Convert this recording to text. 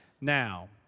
Now